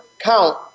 count